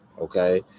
Okay